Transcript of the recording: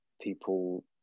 people